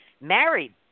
married